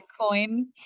Bitcoin